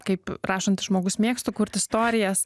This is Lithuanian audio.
kaip rašantis žmogus mėgstu kurt istorijas